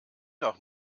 doch